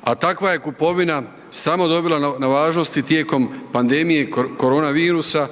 a takva je kupovina samo dobila na važnosti tijekom pandemije korona virusa